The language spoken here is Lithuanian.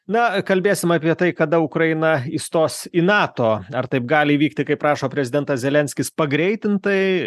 na kalbėsim apie tai kada ukraina įstos į nato ar taip gali įvykti kaip rašo prezidentas zelenskis pagreitintai